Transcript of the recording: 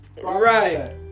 Right